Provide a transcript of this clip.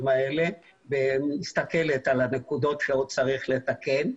האלה ומסתכלת על הנקודות שעוד צריך לתקן.